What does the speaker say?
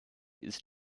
ist